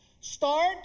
start